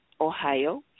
Ohio